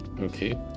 Okay